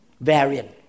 variant